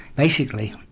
basically